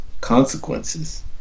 consequences